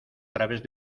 través